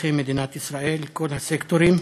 אזרחי מדינת ישראל, את כל הסקטורים.